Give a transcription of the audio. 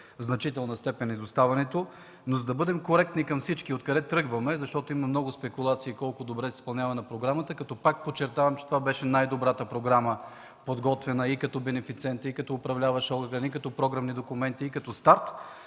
в значителна степен, за да бъдем коректни към всички от къде тръгваме, защото има много спекулации колко добре е изпълнявана програмата. Пак подчертавам, че това беше най-добрата програма, подготвена и като бенефициент, и като управляващ орган, и като програмни документи, и като старт.